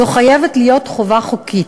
זו חייבת להיות חובה חוקית.